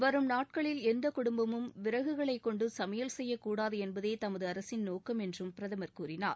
வரும் நாட்களில் எந்த குடும்பமும் விறகுகளை கொண்டு சமையல் செய்யக்கூடாது என்பதே தமது அரசின் நோக்கம் என்றும் பிரதமர் கூறினார்